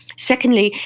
secondly,